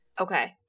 Okay